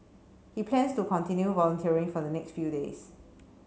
he plans to continue volunteering for the next few days